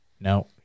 No